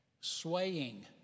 swaying